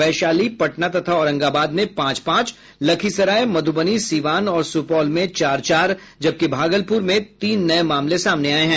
वैशाली पटना तथा औरंगाबाद में पांच पांच लखीसराय मधुबनी सिवान और सुपौल में चार चार जबकि भागलपुर में तीन नये मामले सामने आये हैं